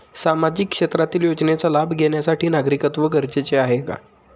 सामाजिक क्षेत्रातील योजनेचा लाभ घेण्यासाठी नागरिकत्व गरजेचे आहे का?